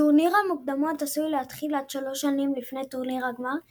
טורניר המוקדמות עשוי להתחיל עד שלוש שנים לפני טורניר הגמר,